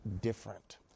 different